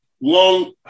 long